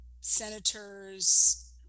senators